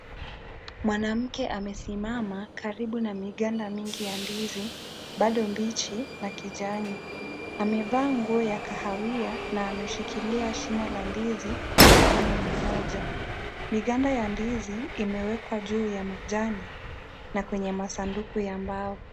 Mwanamke amesimama karibu na miganda mingi ya ndizi bado mbichi na kijani. Amevaa nguo ya kahawia na ameshikilia shina la ndizi kwa mkono mmoja . Miganda ya ndizi imewekwa juu ya majani na kwenye masanduku ya mbao.